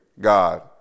God